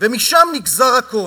ומשם נגזר הכול.